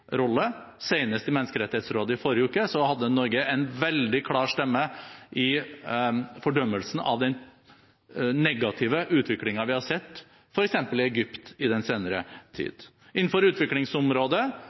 rolle. Senest i forrige uke, i Menneskerettighetsrådet, hadde Norge en veldig klar stemme i fordømmelsen av den negative utviklingen vi har sett, f.eks. i Egypt, i den senere